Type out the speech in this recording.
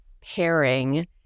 pairing